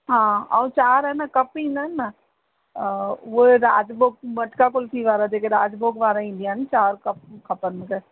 हा और चारि आहे न कप ईंदा आहिनि न अ उहे राजभोग मटका कुल्फी वारा जेके राजभोग वारा ईंदा आहिनि चारि कप खपनि मूंखे